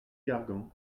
gargan